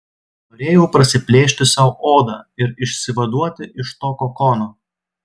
norėjau prasiplėšti sau odą ir išsivaduoti iš to kokono